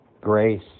grace